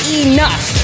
enough